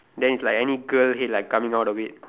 then is like any girl head like coming out of it